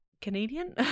canadian